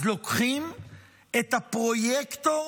אז לוקחים את הפרויקטור